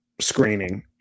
screening